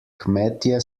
kmetje